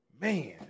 man